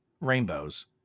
Rainbows